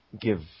give